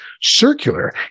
circular